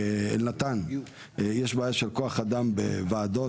אלנתן, יש בעיה של כוח אדם בוועדות.